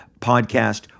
podcast